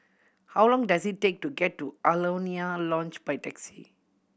how long does it take to get to Alaunia Lodge by taxi